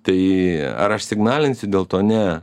tai ar aš signalinsiu dėl to ne